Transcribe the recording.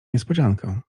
niespodziankę